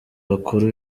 bakuru